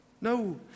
no